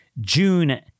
June